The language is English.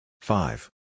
Five